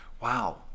wow